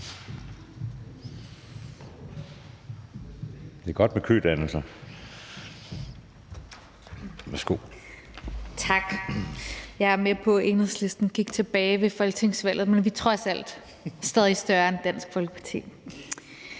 Det er godt med kødannelser.